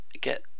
get